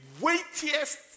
weightiest